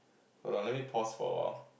hold on let me pause for a while